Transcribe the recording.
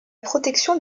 protection